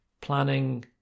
planning